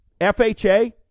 FHA